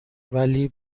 ولی